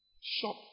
Shop